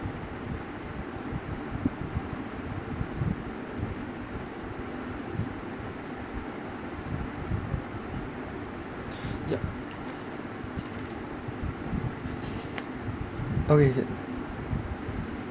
yup okay